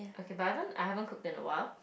okay but I haven't I haven't cooked in a while